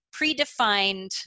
predefined